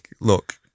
Look